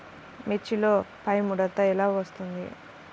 మిర్చిలో పైముడత ఎలా వస్తుంది?